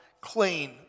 clean